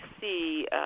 see